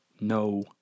no